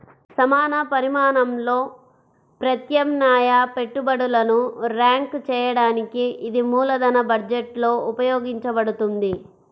సమాన పరిమాణంలో ప్రత్యామ్నాయ పెట్టుబడులను ర్యాంక్ చేయడానికి ఇది మూలధన బడ్జెట్లో ఉపయోగించబడుతుంది